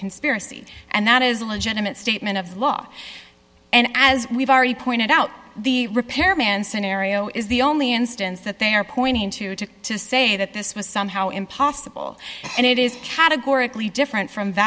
conspiracy and that is a legitimate statement of law and as we've already pointed out the repairman's scenario is the only instance that they are pointing to to to say that this was somehow impossible and it is categorically different from